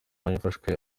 afashwe